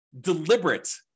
deliberate